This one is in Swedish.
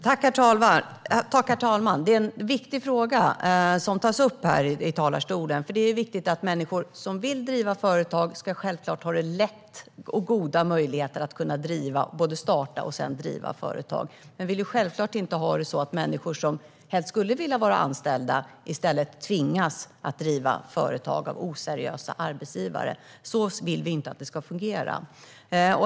Herr talman! Det är en viktig fråga som tas upp. För de människor som vill driva företag ska det vara lätt att starta och driva företag, men vi vill självklart inte ha det så att de som helst skulle vilja vara anställda tvingas av oseriösa arbetsgivare att driva företag. Så vill vi inte att det ska fungera.